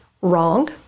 wrong